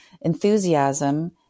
enthusiasm